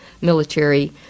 military